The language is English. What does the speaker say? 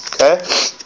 okay